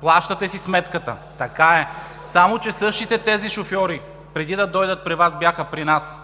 Плащате си сметката. Така е. Само че същите тези шофьори преди да дойдат при Вас, бяха при нас